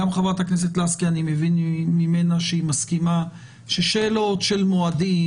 אני מבין מח"כ לסקי שהיא מסכימה ששאלות של מועדים,